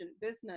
business